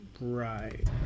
Right